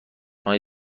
های